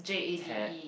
Ted